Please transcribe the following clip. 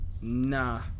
Nah